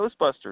Ghostbusters